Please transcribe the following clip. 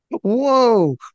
Whoa